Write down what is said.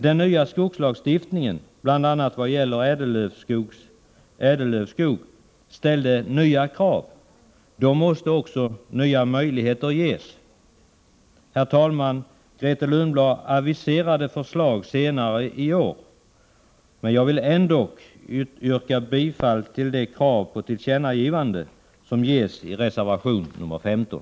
Den nya skogslagstiftningen, bl.a. vad gäller ädellövskog, ställde nya krav. Då måste också nya möjligheter ges. Grethe Lundblad aviserade förslag senare i år, men jag vill ändå yrka bifall till det krav på tillkännagivande som ställs i reservation 15.